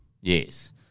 Yes